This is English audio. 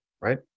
right